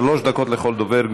שלוש דקות לכל דובר.